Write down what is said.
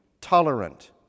tolerant